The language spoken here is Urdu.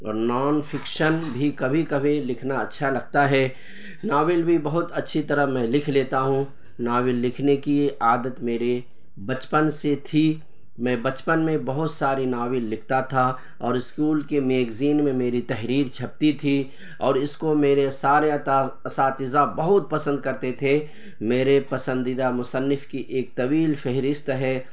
اور نان فکشن بھی کبھی کبھی لکھنا اچھا لگتا ہے ناول بھی بہت اچھی طرح میں لکھ لیتا ہوں ناول لکھنے کی عادت میرے بچپن سے تھی میں بچپن میں بہت ساری ناول لکھتا تھا اور اسکول کی میگزین میں میری تحریر چھپتی تھی اور اس کو میرے سارے عطا اساتذہ بہت پسند کرتے تھے میرے پسندیدہ مصنف کی ایک طویل فہرست ہے